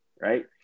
right